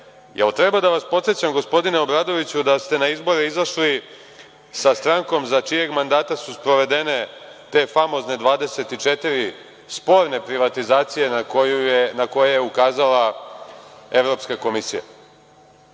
li treba da vas podsećam, gospodine Obradoviću, da ste na izbore izašli sa strankom za čijeg mandata su sprovedene te famozne 24 sporne privatizacije na koje je ukazala Evropska komisija?